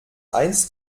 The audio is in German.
eins